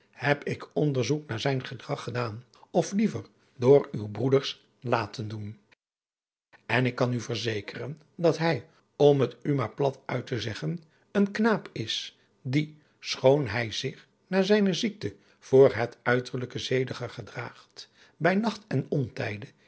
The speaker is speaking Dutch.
heb ik onderzoek naar zijn gedraggedaan of liever door uwe broeders laten doen en ik kan u verzekeren dat hij om het u maar plat uit te zeggen een knaap is die schoon hij zich na zijne ziekte voor het uiterlijke zediger gedraagt bij nacht en ontijde